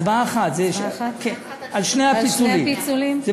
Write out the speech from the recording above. הצבעה אחת על שני הפיצולים.